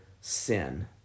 sin